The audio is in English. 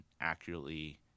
accurately